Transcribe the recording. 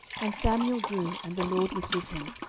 and samuel grew, and the lord was with him,